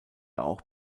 auch